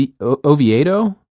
oviedo